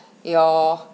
your